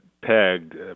pegged